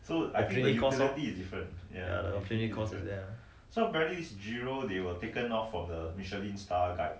the cost lor cause the cost is there lah